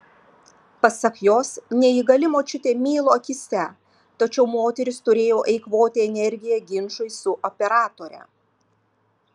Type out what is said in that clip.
pasak jos neįgali močiutė mėlo akyse tačiau moteris turėjo eikvoti energiją ginčui su operatore